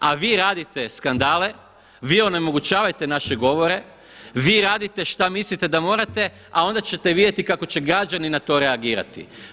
A vi radite skandale, vi onemogućavate naše govore, vi radite šta mislite da morate, a onda ćete vidjeti kako će građani na to reagirati.